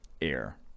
air